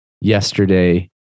yesterday